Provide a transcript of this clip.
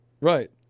right